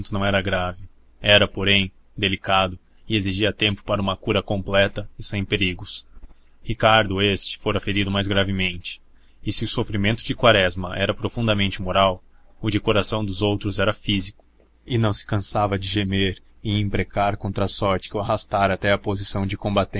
não era grave era porém delicado e exigia tempo para uma cura completa e sem perigos ricardo este fora ferido mais gravemente e se o sofrimento de quaresma era profundamente moral o de coração dos outros era físico e não se cansava de gemer e imprecar contra a sorte que o arrastara até à posição de